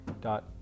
dot